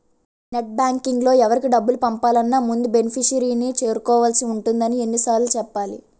net బాంకింగ్లో ఎవరికి డబ్బులు పంపాలన్నా ముందు బెనిఫిషరీని చేర్చుకోవాల్సి ఉంటుందని ఎన్ని సార్లు చెప్పాలి